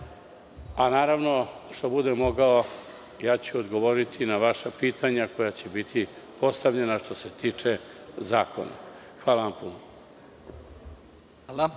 a naravno što budem mogao, ja ću odgovoriti na vaša pitanja koja će biti postavljena što se tiče zakona. Hvala vam puno.